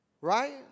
Right